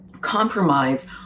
compromise